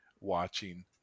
watching